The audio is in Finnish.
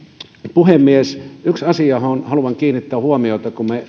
puhemies yksi asia johon haluan kiinnittää huomiota kun me